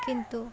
কিন্তু